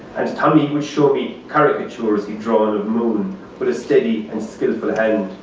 and tommy would show me caricatures he'd drawn of moon with a steady and skillful hand.